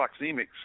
proxemics